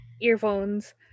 earphones